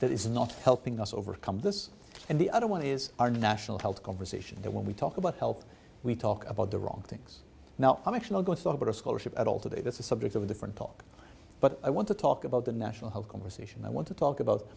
that is not helping us overcome this and the other one is our national health conversation that when we talk about health we talk about the wrong things now i'm actually going to talk about a scholarship at all today that's the subject of a different topic but i want to talk about the national health conversation i want to talk about